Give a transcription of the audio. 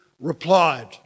replied